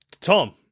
Tom